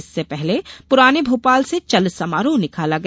इससे पहले पुराने भोपाल से चल समारोह निकाला गया